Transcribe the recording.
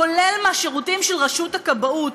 כולל מהשירותים של רשות הכבאות.